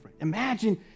Imagine